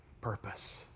purpose